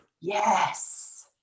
Yes